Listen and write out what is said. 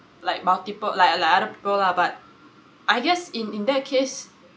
like multiple like like other people lah but I guess in in that case they